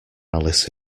alice